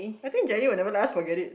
I think Jenny will never let us forget it